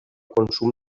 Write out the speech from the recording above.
consum